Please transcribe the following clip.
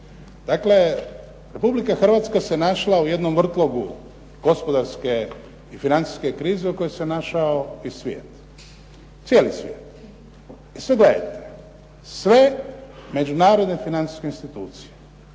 Dakle, Republika Hrvatska se našla u jednom vrtlogu gospodarske i financijske krize u kojoj se našao i svijet. Cijeli svijet. I sad gledajte, sve međunarodne financijske institucije,